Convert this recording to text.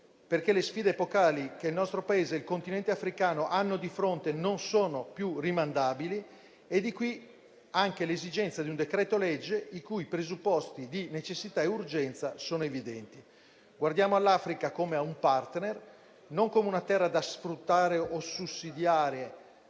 perché le sfide epocali che il nostro Paese e il Continente africano hanno di fronte non sono più rimandabili e, di qui, anche l'esigenza di un decreto-legge, i cui presupposti di necessità e urgenza sono evidenti. Guardiamo all'Africa come a un *partner*, non come a una terra da sfruttare o sussidiare